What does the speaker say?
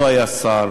לא היה שר.